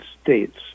states